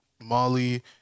Molly